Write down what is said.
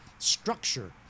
structure